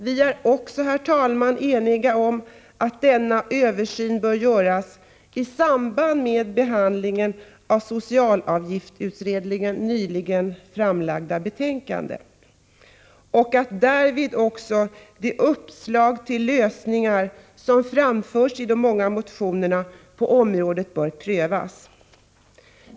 Vi är också, herr talman, eniga om att denna översyn bör göras i samband med behandlingen av socialavgiftsutredningens nyligen framlagda betänkande och att därvid också de uppslag till lösningar som framförs i de många motionerna på området bör prövas.